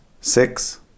six